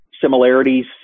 similarities